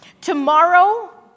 Tomorrow